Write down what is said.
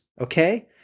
Okay